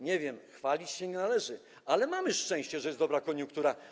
Nie wiem, chwalić się nie należy, ale mamy szczęście, że jest dobra koniunktura.